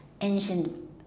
ancient